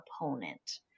opponent